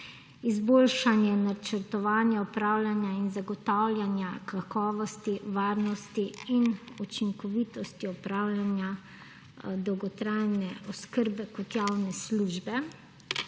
Izboljšanje načrtovanja, upravljanja in zagotavljanja kakovosti, varnosti in učinkovitosti opravljanja dolgotrajne oskrbe kot javne službe